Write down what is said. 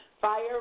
fire